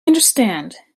understand